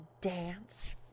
dance